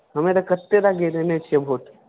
हमे तऽ कतेक बार गिरयने छियै भोट